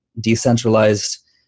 decentralized